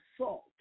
salt